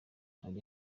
hari